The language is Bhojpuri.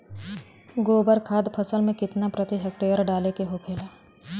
गोबर खाद फसल में कितना प्रति हेक्टेयर डाले के होखेला?